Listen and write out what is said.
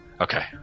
Okay